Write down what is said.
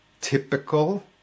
typical